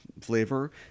flavor